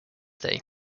day